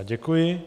Děkuji.